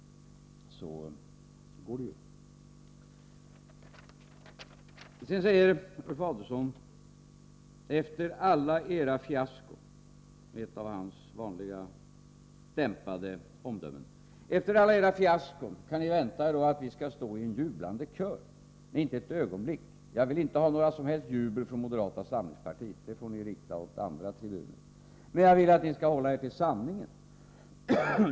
Sedan säger Ulf Adelsohn: ”Efter alla era fiaskon” — ett av hans vanliga dämpade omdömen -—, ”kan ni vänta er att vi skall stå i en jublande kör?” Nej, inte ett ögonblick! Jag vill inte ha något som helst jubel från moderata samlingspartiet, det får ni rikta mot andra tribuner. Men jag vill att ni skall hålla er till sanningen.